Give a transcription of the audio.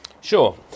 Sure